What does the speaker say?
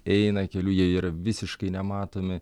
eina keliu jie yra visiškai nematomi